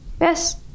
Yes